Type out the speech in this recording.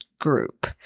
group